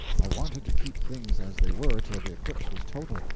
i wanted to keep things as they were till the eclipse was total,